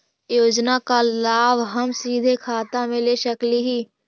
योजना का लाभ का हम सीधे खाता में ले सकली ही?